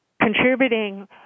contributing